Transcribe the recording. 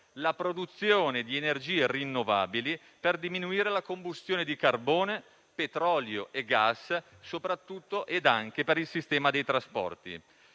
alla produzione di energie rinnovabili per diminuire la combustione di carbone, petrolio e gas, soprattutto ed anche per il sistema dei trasporti.